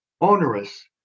onerous